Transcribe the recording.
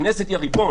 הכנסת היא הריבון